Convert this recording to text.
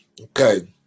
okay